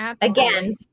again